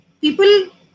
People